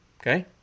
Okay